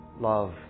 love